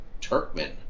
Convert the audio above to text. Turkmen